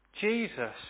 Jesus